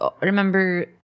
remember